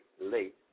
late